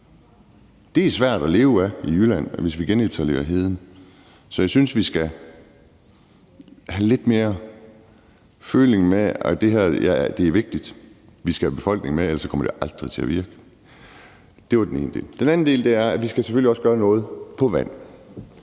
Det bliver svært at leve af det i Jylland, hvis vi genetablerer heden. Så jeg synes, at vi skal have lidt mere føling med det. Det her er vigtigt. Vi skal have befolkningen med. Ellers kommer det aldrig til at virke. Det var den ene del. Den anden del er, at vi selvfølgelig også skal gøre noget på vand.